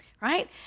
right